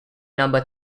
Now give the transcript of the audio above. number